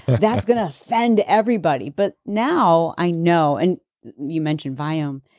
that's going to offend everybody. but now i know and you mentioned viome.